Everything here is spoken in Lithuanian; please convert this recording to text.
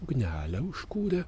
ugnelę užkūrė